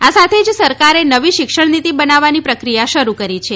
આ સાથે જ સરકારે નવી શિક્ષણ નીતિ બનાવવાની પ્રક્રિયા શરૃ કરી છે